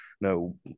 no